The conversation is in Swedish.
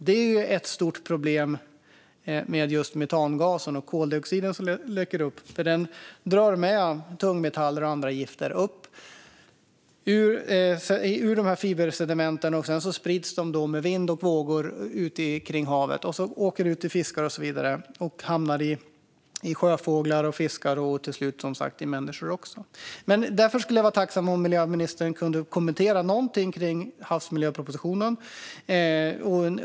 Det är ett stort problem med just den metangas och den koldioxid som läcker ut, som drar med sig tungmetaller och andra gifter från fibersedimenten. Dessa sprids sedan med vind och vågor ute i havet och hamnar i sjöfåglar, fiskar och till slut som sagt också i människor. Jag vore därför tacksam om miljöministern kunde kommentera något om havsmiljöpropositionen.